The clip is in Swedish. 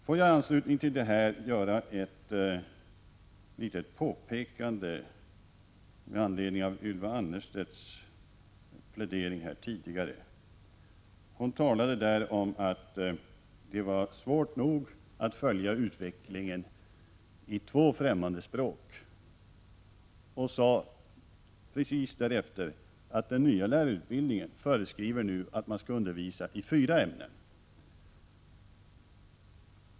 Låt mig i anslutning till det här göra ett litet påpekande med anledning av Ylva Annerstedts plädering här tidigare. Hon talade om att det var svårt nog att följa utvecklingen i två främmande språk och sade precis därefter att den nya lärarutbildningen föreskriver att man skall undervisa i fyra ämnen.